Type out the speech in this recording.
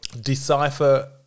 decipher